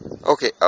Okay